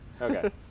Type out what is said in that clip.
Okay